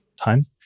Time